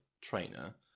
trainer